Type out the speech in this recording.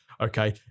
Okay